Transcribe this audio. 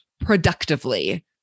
productively